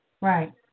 Right